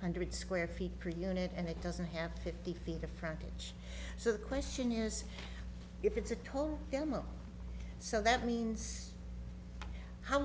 hundred square feet per unit and it doesn't have fifty feet of frontage so the question is if it's a tall yellow so that means how